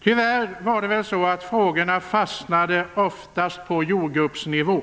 Tyvärr är det väl så att frågorna oftast har fastnat på jordgubbsnivå.